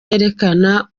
yerekana